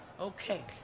Okay